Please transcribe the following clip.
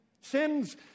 Sin's